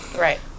right